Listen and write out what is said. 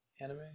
Anime